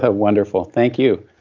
ah wonderful. thank you.